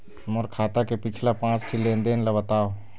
मोर खाता के पिछला पांच ठी लेन देन ला बताव?